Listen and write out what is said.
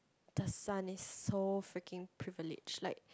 the son is so freaking privileged like